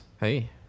Hey